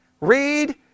read